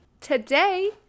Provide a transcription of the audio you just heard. Today